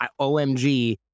omg